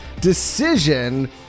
decision